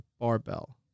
barbell